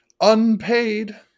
unpaid